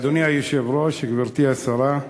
אדוני היושב-ראש, גברתי השרה,